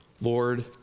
Lord